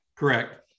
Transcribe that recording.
Correct